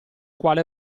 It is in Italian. quale